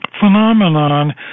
phenomenon